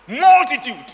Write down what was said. Multitude